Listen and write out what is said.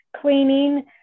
cleaning